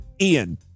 Ian